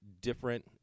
different